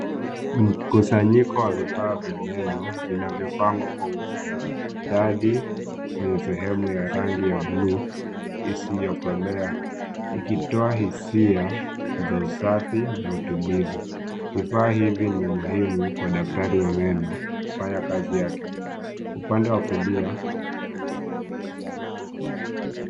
Mkusanyiko wa vifaa vya meno vinavyopangwa kwa umaridadi kwenye sehemu ya rangi ya buluu isiyokolea ikitoa hisia za usafi na utulivu. Vifaa hivi ni muhumu kwa daktari wa meno kufanya kazi yake. Upande wa kulia.